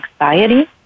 anxiety